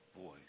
voice